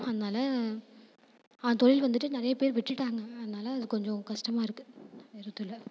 அதனால அந்த தொழில் வந்துட்டு நிறைய பேர் விட்டுட்டாங்க அதனால அது கொஞ்சம் கஷ்டமாக இருக்குது வேறே எதுவும் இல்லை